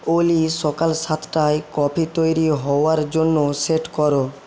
ওলি সকাল সাতটায় কফি তৈরি হওয়ার জন্য সেট করো